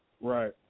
Right